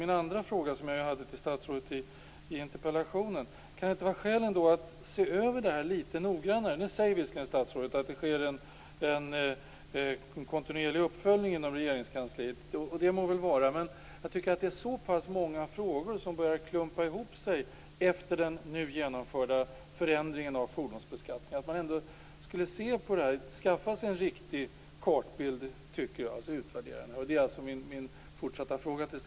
Min andra fråga till statsrådet i interpellationen är om det inte kan vara skäl att se över detta litet noggrannare. Nu säger statsrådet att det sker en kontinuerlig uppföljning inom Regeringskansliet. Det må väl vara. Det är så pass många frågor som börjar klumpa ihop sig efter den genomförda förändringen av fordonsbeskattningen. Man borde skaffa sig en riktig kartbild med hjälp av en utvärdering.